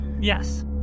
Yes